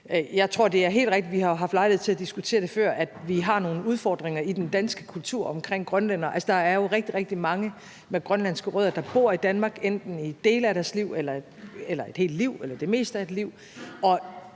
for respekt og ligeværdighed. Vi har jo haft lejlighed til at diskutere det før, men jeg tror, vi har nogle udfordringer i den danske kultur omkring grønlændere. Der er jo rigtig, rigtig mange med grønlandske rødder, der bor i Danmark enten i dele af deres liv eller det meste af deres liv, og